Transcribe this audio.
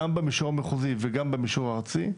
גם במישור המחוזי וגם במישור הארצי,